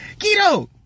Keto